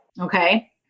Okay